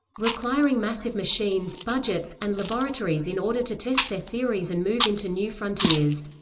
requiring massive machines, budgets, and laboratories in order to test their theories and move into new frontiers.